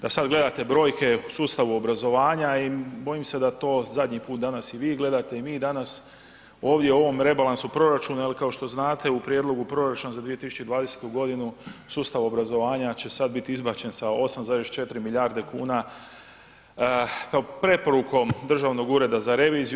Da sad gledate brojke u sustavu obrazovanja i bojim se da to zadnji put danas i vi gledate i mi danas, ovdje u ovom rebalansu proračuna jer kao što znate u Prijedlogu proračuna za 2020. g. sustav obrazovanja će sad biti izbačen sa 8,4 milijarde kuna preporukom Državnog ureda za reviziju.